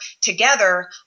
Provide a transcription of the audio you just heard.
together